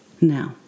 now